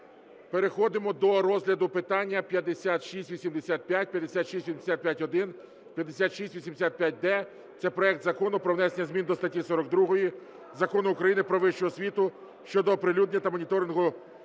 Переходимо до розгляду питання 5685, 5685-1, 5685-д. Це проект Закону про внесення змін до статті 42 Закону України "Про вищу освіту" щодо оприлюднення та моніторингу